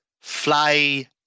fly